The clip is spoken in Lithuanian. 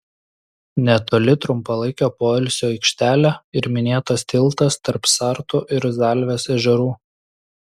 netoli trumpalaikio poilsio aikštelė ir minėtas tiltas tarp sartų ir zalvės ežerų